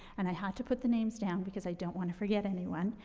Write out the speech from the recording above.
and i had to put the names down because i don't wanna forget anyone.